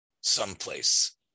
someplace